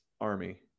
army